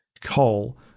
coal